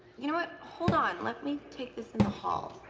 you know what, hold on. let me take this in the hall.